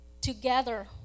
Together